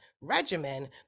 regimen